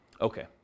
Okay